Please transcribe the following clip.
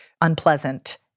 unpleasant